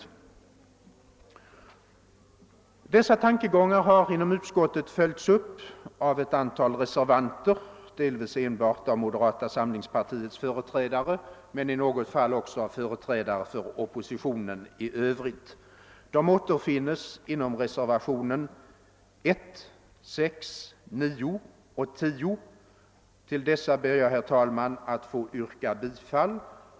Dessa tankegångar har inom utskottet följts upp av ett antal reservanter — deivis enbart av moderata samlingspartiets företrädare men i något fall också av företrädare för oppositionen i övrigt. De återfinnes inom reservationerna 1, 5, 6, 9 och 10. Till dessa ber jag, herr talman, att få yrka bifall.